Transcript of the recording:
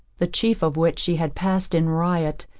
the chief of which she had passed in riot,